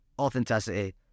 authenticity